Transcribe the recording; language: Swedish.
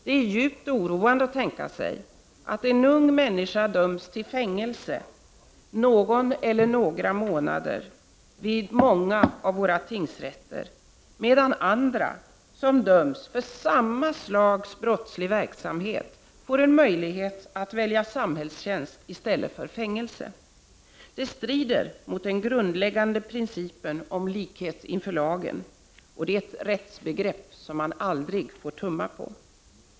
Det är djupt oroande att tänka sig att en ung människa döms till fängelse någon eller några månader vid många av våra tingsrätter, medan andra — som döms för samma slags brottslig verksamhet — får en möjlighet att välja samhällstjänst i stället för fängelse. Detta strider mot den grundläggande principen om likhet inför lagen, ett rättsbegrepp som vi aldrig får tumma på.